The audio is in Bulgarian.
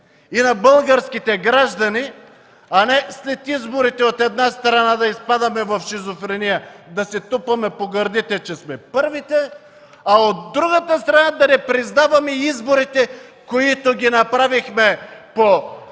и на българските граждани. Не след изборите, от една страна, да изпадаме в шизофрения – да се тупаме по гърдите, че сме първите, от друга страна, да не признаваме изборите, които направихме по